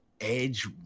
edge